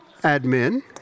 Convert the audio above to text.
admin